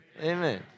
Amen